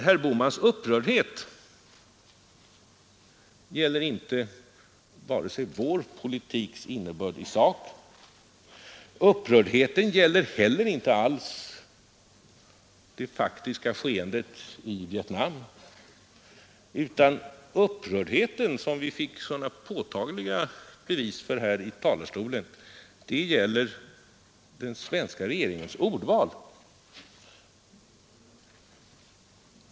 Herr Bohmans upprördhet gäller inte vare sig vår politiks innebörd i sak eller vår värdering av det faktiska skeendet i Vietnam, utan upprördheten — som vi fick sådana påtagliga bevis för här i talarstolen — gäller den svenska regeringens ordval.